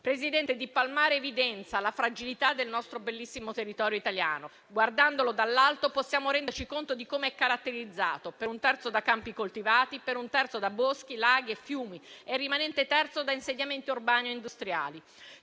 Presidente, è di palmare evidenza la fragilità del nostro bellissimo territorio italiano. Guardandolo dall'alto, possiamo renderci conto di come è caratterizzato: per un terzo da campi coltivati, per un altro terzo da boschi, laghi e fiumi, e per il rimanente terzo da insediamenti urbani e industriali.